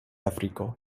afriko